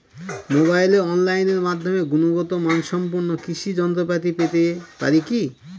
মোবাইলে অনলাইনের মাধ্যমে গুণগত মানসম্পন্ন কৃষি যন্ত্রপাতি পেতে পারি কি?